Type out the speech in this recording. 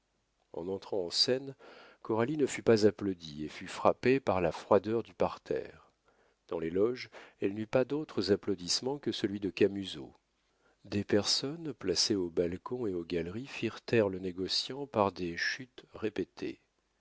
en entrant en scène coralie ne fut pas applaudie et fut frappée par la froideur du parterre dans les loges elle n'eut pas d'autres applaudissements que celui de camusot des personnes placées au balcon et aux galeries firent taire le négociant par des chuts répétés